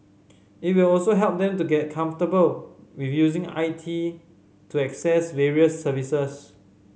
it will also help them get comfortable with using I T to access various services